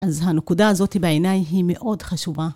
אז הנקודה הזאת בעיניי היא מאוד חשובה.